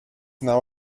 now